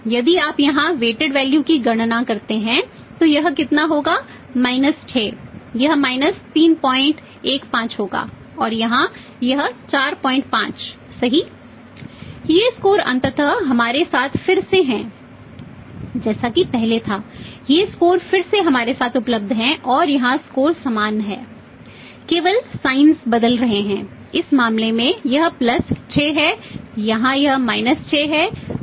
तो weighted value 6 है हमने यहां लाभ कमाया था